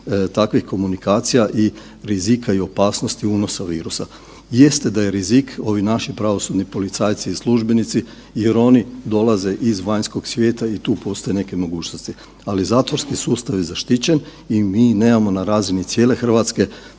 takvih komunikacija i rizika i opasnosti unosa virusa. Jeste da je rizik ovim našim pravosudni policajci i službenici jer oni dolaze iz vanjskog svijeta i tu postoje neke mogućnosti, ali zatvorski sustav je zaštićen i mi nemamo na razini cijele Hrvatske